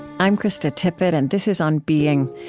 i'm krista tippett, and this is on being.